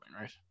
Right